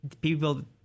people